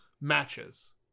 matches